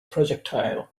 projectile